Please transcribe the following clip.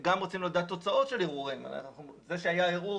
רצינו לדעת מה תוצאות הערעור כי זה שהיה ערעור,